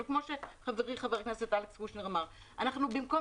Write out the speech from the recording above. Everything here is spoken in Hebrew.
אבל כמו שחברי חבר הכנסת אלכס קושניר אמר: במקום